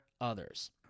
others